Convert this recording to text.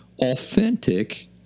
authentic